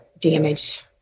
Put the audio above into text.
damage